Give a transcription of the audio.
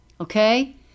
okay